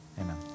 Amen